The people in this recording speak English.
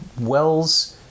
Wells